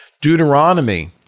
Deuteronomy